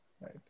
right